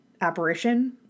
apparition